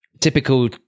typical